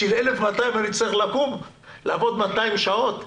אני צריך לקום בשביל 1,200 שקלים ולעבוד 200 שעות חודשיות?